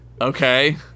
okay